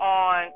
on